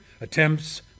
attempts